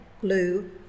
glue